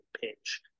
pitch